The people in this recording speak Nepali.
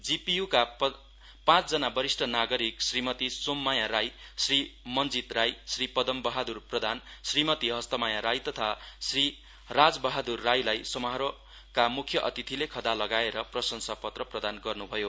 जिपिय्का पाँचजना वरिष्ठ नागरिक श्रीमती सोममाया राई श्री मञ्जीत राई श्री पदम बहाद्र प्रधान श्रीमती हस्तमाया राई तथा श्री राज बहादुर राईलाई समारोहका मुख्य अतिथिले खदा लगाएर प्रशंषा पत्र प्रदान गर्नु भयो